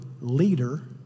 leader